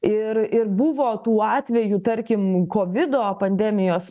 ir ir buvo tų atvejų tarkim kovido pandemijos